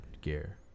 gear